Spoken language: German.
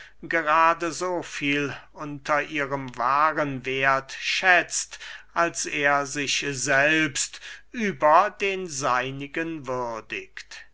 gerade so viel unter ihrem wahren werth schätzt als er sich selbst über den seinigen würdigt